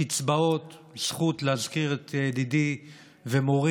הקצבאות, זכות היא להזכיר את ידידי ומורי